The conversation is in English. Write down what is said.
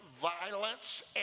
violence